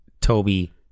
Toby